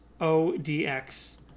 O-D-X